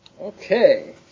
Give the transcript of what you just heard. Okay